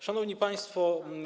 Szanowni Państwo!